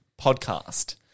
podcast